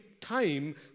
time